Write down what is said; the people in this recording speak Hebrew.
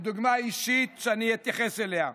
שאני אתייחס אליה.